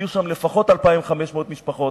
יהיו שם לפחות 2,500 משפחות,